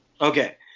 Okay